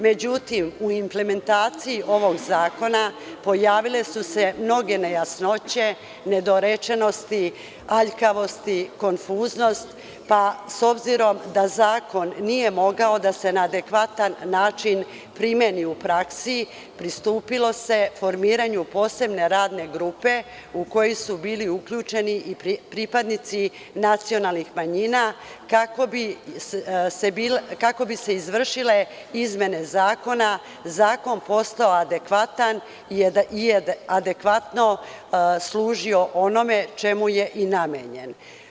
Međutim, u implementaciji ovog zakona pojavile su se mnoge nejasnoće, nedorečenosti, aljkavosti, konfuznost, pa s obzirom da zakon nije mogao da se na adekvatan način primeni u praksi pristupilo se formiranju posebne radne grupe u koju su bili uključeni i pripadnici nacionalnih manjina kako bi se izvršile izmene zakona, zakon postao adekvatan i adekvatno služio onome čemu je i namenjen.